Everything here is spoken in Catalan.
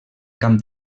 camp